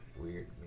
Weird